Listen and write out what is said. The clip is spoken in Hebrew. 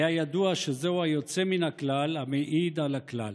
היה ידוע שזהו היוצא מן הכלל המעיד על הכלל.